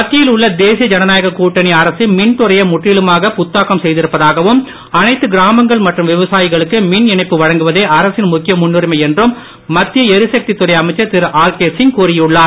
மத்தியில் உள்ள தேசிய ஜனநாயக கூட்டணி அரசு மின்துறையை முற்றிலுமாக புத்தாக்கம் செய்திருப்பதாகவும் அனைத்து கிராமங்கள் மற்றும் விவசாயிகளுக்கு மின் இணைப்பு வழங்குவதே அரசின் முக்கிய முன்னுரிமை என்றும் மத்திய எரிசக்தி துறை அமைச்சர் திருஆர்கேசிங் கூறியுள்ளார்